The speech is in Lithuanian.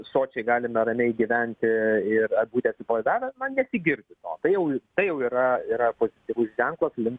sočiai galime ramiai gyventi ir ar būti atsipalaidavę na nesigirdi to tai jau tai jau yra yra pozytyvus ženklas link